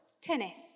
Tennis